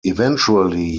eventually